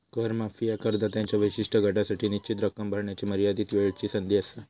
कर माफी ह्या करदात्यांच्या विशिष्ट गटासाठी निश्चित रक्कम भरण्याची मर्यादित वेळची संधी असा